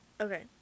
Okay